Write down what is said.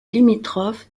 limitrophe